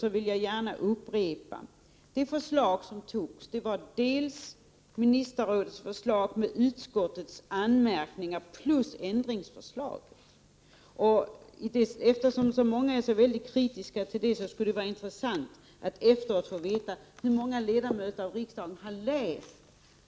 Jag vill gärna upprepa att de förslag som antogs i Nordiska rådet var ministerrådets förslag med utskottets anmärkningar plus ändringsförslag. Eftersom så många är mycket kritiska till beslutet skulle det vara intressant att efteråt få veta hur många ledamöter av riksdagen som har läst